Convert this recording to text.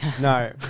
No